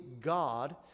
God